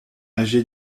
âgée